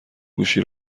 گوشی